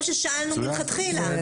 אבל זה מה ששאלנו מלכתחילה.